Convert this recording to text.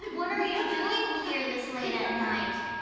what're you doing here this late at night?